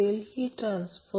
तर हे 12